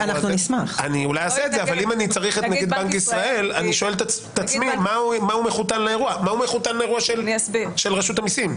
למה נגיד בנק ישראל מחותן אירוע של רשות המיסים?